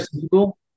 people